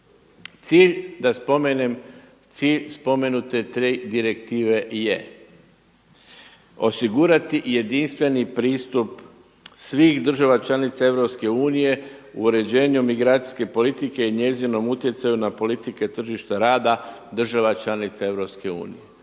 cilj spomenute tri direktive je: osigurati jedinstveni pristup svih država članica EU u uređenju emigracijske politike i njezinom utjecaju na politike tržišta rada država članica EU.